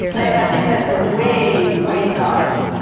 i think that's a way, ways off.